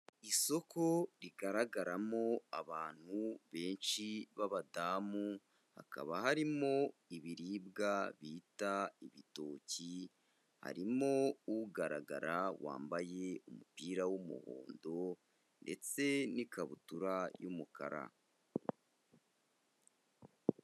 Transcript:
Isoko rigaragaramo abantu benshi b'abadamu, hakaba harimo ibiribwa bita ibitoki, harimo ugaragara wambaye umupira w'umuhondo, ndetse n'ikabutura y'umukara.